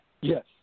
Yes